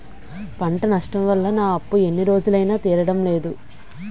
పంట నష్టం వల్ల నా అప్పు ఎన్ని రోజులైనా తీరడం లేదు